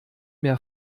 mehr